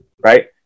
right